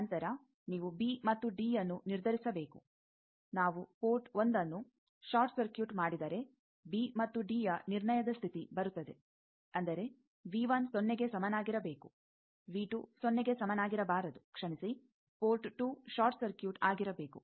ನಂತರ ನೀವು ಬಿ ಮತ್ತು ಡಿಯನ್ನು ನಿರ್ಧರಿಸಬೇಕು ನಾವು ಪೋರ್ಟ್ 1ಅನ್ನು ಷಾರ್ಟ್ ಸರ್ಕ್ಯೂಟ್ ಮಾಡಿದರೆ ಬಿ ಮತ್ತು ಡಿಯ ನಿರ್ಣಯದ ಸ್ಥಿತಿ ಬರುತ್ತದೆ ಅಂದರೆ ಸೊನ್ನೆಗೆ ಸಮನಾಗಿರಬೇಕು ಸೊನ್ನೆಗೆ ಸಮನಾಗಿರಬಾರದು ಕ್ಷಮಿಸಿ ಪೋರ್ಟ್2 ಷಾರ್ಟ್ ಸರ್ಕ್ಯೂಟ್ ಆಗಿರಬೇಕು